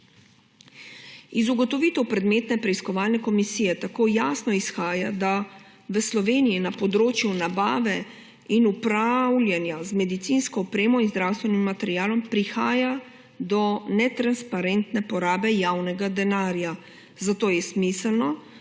Iz ugotovitev predmetne preiskovalne komisije tako jasno izhaja, da v Sloveniji na področju nabave in upravljanja z medicinsko opremo in zdravstvenim materialom prihaja do netransparentne porabe javnega denarja, zato je smiselno,